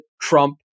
Trump